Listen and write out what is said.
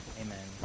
Amen